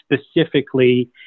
specifically